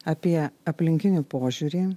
apie aplinkinių požiūrį